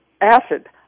acid